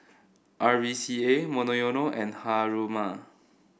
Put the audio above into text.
R V C A Monoyono and Haruma